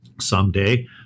someday